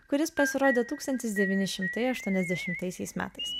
kuris pasirodė tūkstantis devyni šimtai aštuoniasdešimtaisiais aisiais metais